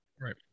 Right